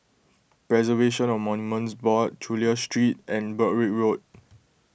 Preservation of Monuments Board Chulia Street and Broadrick Road